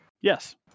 Yes